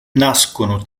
nascono